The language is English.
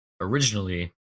originally